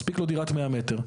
מספיקה לו דירת 100 מ"ר.